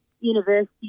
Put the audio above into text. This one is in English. university